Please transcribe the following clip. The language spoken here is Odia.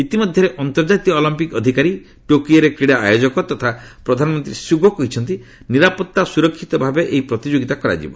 ଇତିମଧ୍ୟରେ ଅନ୍ତର୍ଜାତୀୟ ଅଲମ୍ପିକ୍ ଅଧିକାରୀ ଟୋକିଓରେ କ୍ରୀଡ଼ା ଆୟୋଜକ ତଥା ପ୍ରଧାନମନ୍ତ୍ରୀ ସୁଗୋ କହିଛନ୍ତି ନିରାପତ୍ତା ଓ ସୁରକ୍ଷିତ ଭାବେ ଏହି ପ୍ରତିଯୋଗିତା କରାଯିବ